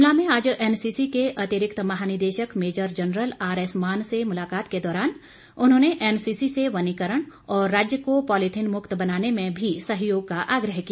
शिमला में आज एनसीसी के अतिरिक्त महानिदेशक major general R S Mann से मुलाकात के दौरान उन्होंने एनसीसी से वनीकरण और राज्य को पॉलीथीन मुक्त बनाने में भी सहयोग का आग्रह किया